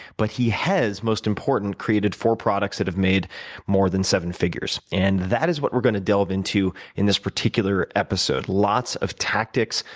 but he has most importantly created four products that have made more than seven figures and that is what we're going to delve into in this particular episode lots of tactics,